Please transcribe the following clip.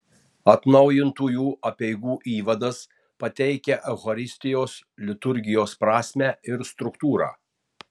atnaujintųjų apeigų įvadas pateikia eucharistijos liturgijos prasmę ir struktūrą